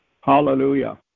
Hallelujah